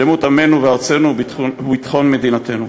שלמות עמנו וארצנו וביטחון מדינתנו.